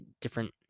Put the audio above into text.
different